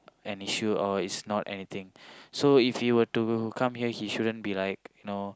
an issue or is not anything so if he were to come here he shouldn't be like you know